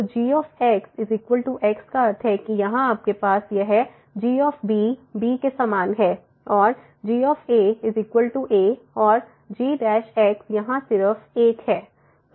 तो g x का अर्थ है कि यहाँ आपके पास यह g b है और यह g a और g यहाँ सिर्फ 1 होगा